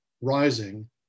rising